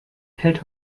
fällt